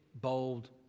bold